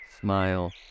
Smile